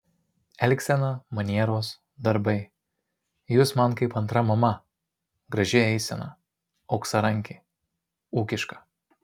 elgsena manieros darbai jūs man kaip antra mama graži eisena auksarankė ūkiška